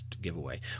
giveaway